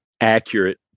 accurate